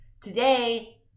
Today